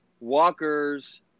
Walker's